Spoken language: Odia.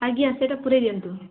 ଆଜ୍ଞା ସେଇଟା ପୂରାଇ ଦିଅନ୍ତୁ